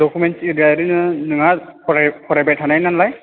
documents ओरैनो नोंहा फराय फरायबाय थानाय नालाय